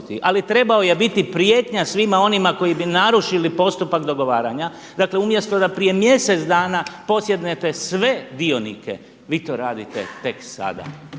Ali trebao je biti prijetnja svima onima koji bi narušili postupak dogovaranja, dakle umjesto da prije mjesec dana posjednete sve dionike vi to radite tek sada,